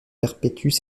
perpétuent